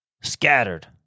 Scattered